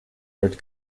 third